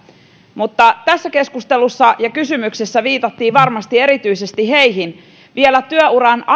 mutta tässä keskustelussa ja kysymyksessä viitattiin varmasti erityisesti niihin vielä työuran aivan